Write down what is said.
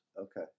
Okay